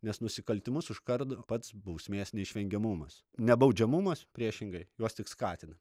nes nusikaltimus užkardo pats bausmės neišvengiamumas nebaudžiamumas priešingai juos tik skatina